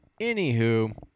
Anywho